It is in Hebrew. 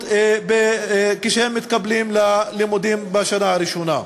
כשהם מתקבלים ללימודים בשנה הראשונה.